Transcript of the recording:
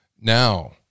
Now